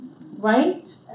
right